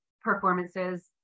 performances